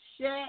shut